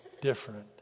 different